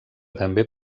també